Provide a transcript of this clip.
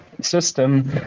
system